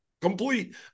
complete